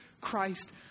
Christ